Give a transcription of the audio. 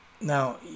now